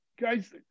guys